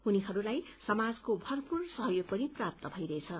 उनीहरूलाई समाजको भरपूर सहयोग पनि प्राप्त भइरहेछ